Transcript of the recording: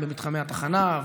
במתחמי התחנה,